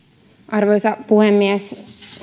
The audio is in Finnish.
arvoisa puhemies niin